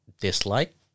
dislike